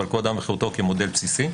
אבל כבוד האדם וחירותו כמודל בסיסי.